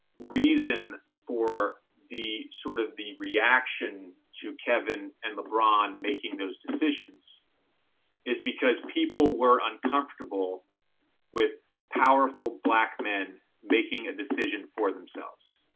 reason for the, sort of the reaction to kevin and lebron making those decisions is because people were uncomfortable with powerful black men making a decision for themselves.